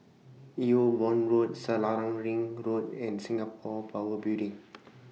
EU Boon Road Selarang Ring Road and Singapore Power Building